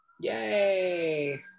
Yay